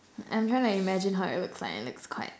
I'm trying to imagine how it looks like and it's quite !wow!